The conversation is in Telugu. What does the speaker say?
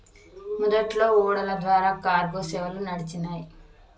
మొదట్లో ఓడల ద్వారా కార్గో సేవలు నడిచినాయ్